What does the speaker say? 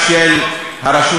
הוא שואל שאלה טובה, אתה הרמת